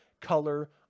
color